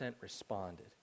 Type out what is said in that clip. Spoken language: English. responded